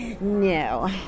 No